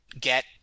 get